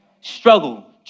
Struggle